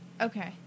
Okay